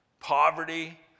Poverty